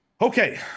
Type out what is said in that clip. Okay